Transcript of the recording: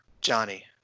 Johnny